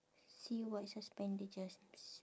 see what's her